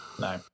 No